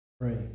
Pray